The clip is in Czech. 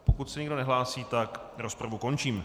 Pokud se nikdo nehlásí, tak rozpravu končím.